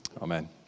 Amen